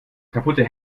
kaputte